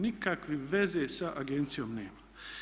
Nikakve veze sa agencijom nema.